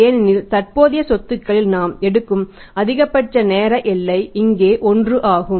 ஏனெனில் தற்போதைய சொத்துகளில் நாம் எடுக்கும் அதிகபட்ச நேர எல்லை இங்கே 1 ஆகும்